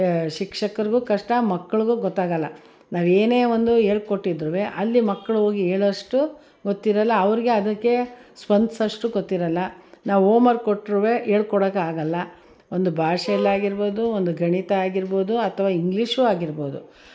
ಶಿಕ್ಷಕ್ರಿಗೂ ಕಷ್ಟ ಮಕ್ಳಿಗೂ ಗೊತ್ತಾಗೋಲ್ಲ ನಾವೇನೇ ಒಂದು ಹೇಳ್ಕೊಟ್ಟಿದ್ರೂ ಅಲ್ಲಿ ಮಕ್ಕಳು ಹೋಗಿ ಹೇಳೋಷ್ಟು ಗೊತ್ತಿರೋಲ್ಲ ಅವ್ರಿಗೆ ಅದಕ್ಕೆ ಸ್ಪಂದ್ಸೋಷ್ಟು ಗೊತ್ತಿರೋಲ್ಲ ನಾವು ಹೋಮ್ವರ್ಕ್ ಕೊಟ್ರೂ ಹೇಳ್ಕೊಡೋಕೆ ಆಗೋಲ್ಲ ಒಂದು ಭಾಷೆಲಿ ಆಗಿರ್ಬೋದು ಒಂದು ಗಣಿತ ಆಗಿರ್ಬೋದು ಅಥ್ವಾ ಇಂಗ್ಲಿಷು ಆಗಿರ್ಬೋದು